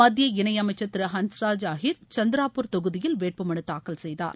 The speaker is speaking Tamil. மத்திய இணை அமைச்சர் திரு ஹன்ஸ்ராஜ் அஹீர் சந்திராபூர் தொகுதியில் வேட்பு மனு தாக்கல் செய்தார்